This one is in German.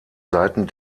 seiten